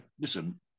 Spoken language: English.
listen –